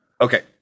Okay